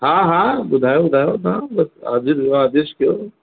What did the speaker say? हा हा ॿुधायो ॿुधायो तव्हां बस आदेश आदेश कयो